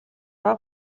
бага